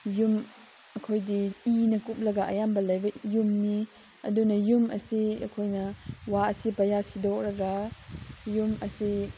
ꯌꯨꯝ ꯑꯩꯈꯣꯏꯗꯤ ꯏꯅ ꯀꯨꯞꯂꯒ ꯑꯌꯥꯝꯕ ꯂꯩꯕ ꯌꯨꯝꯅꯤ ꯑꯗꯨꯅ ꯌꯨꯝ ꯑꯁꯤ ꯑꯩꯈꯣꯏꯅ ꯋꯥ ꯑꯁꯤ ꯄꯩꯌꯥ ꯁꯤꯗꯣꯛꯂꯒ ꯌꯨꯝ ꯑꯁꯤ